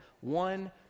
One